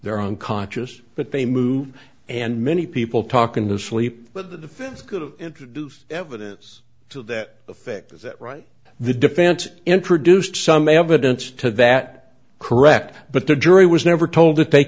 they're on conscious but they move and many people talk in his sleep but the defense could have introduced evidence to that effect is that right the defense introduced some evidence to that correct but the jury was never told that they